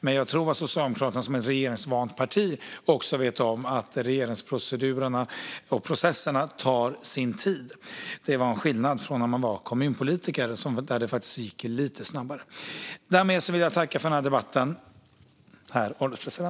Men jag tror att Socialdemokraterna som ett regeringsvant parti också vet att regeringsprocesserna tar sin tid. Det är en skillnad från när man var kommunpolitiker, då det faktiskt gick lite snabbare.